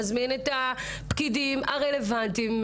נזמין את הפקידים הרלוונטיים,